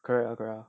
correct correct